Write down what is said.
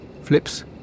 flips